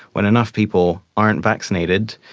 when enough people aren't vaccinated,